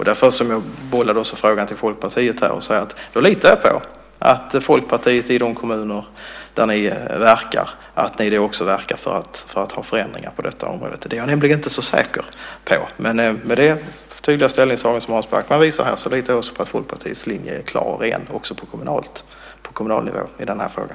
Därför bollar jag över frågan till Folkpartiet. Jag litar på att Folkpartiet i de kommuner där man verkar också verkar för att få till stånd förändringar på detta område. Det är jag nämligen inte så säker på. Men i och med det tydliga ställningstagandet från Hans Backman här litar jag på att Folkpartiets linje är klar också på kommunal nivå i denna fråga.